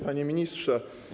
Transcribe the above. Panie Ministrze!